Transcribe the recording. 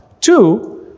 Two